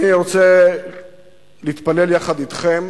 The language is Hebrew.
אני רוצה להתפלל יחד אתכם